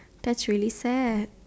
that's really sad